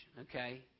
okay